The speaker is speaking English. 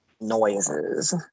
noises